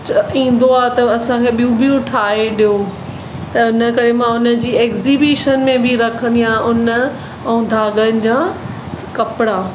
च ईंदो आहे त असांखे बियूं बि ठाहे ॾियो त इन करे मां उनजी एक्ज़ीबिशन में बि रखंदी आहियां ऊन ऐं धागनि जा कपिड़ा